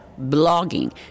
blogging